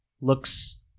looks